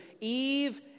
Eve